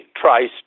tries